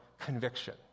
conviction